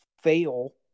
fail